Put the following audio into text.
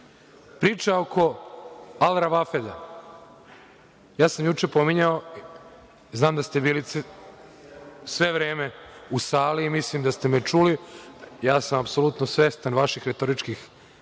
Priča oko „Al Ravafeda“, ja sam juče spominjao, znam da ste bili sve vreme u sali i mislim da ste me čuli, apsolutno sam svestan vaših retoričkih